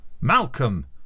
Malcolm